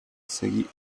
seguí